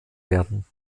werden